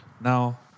Now